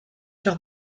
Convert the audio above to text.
car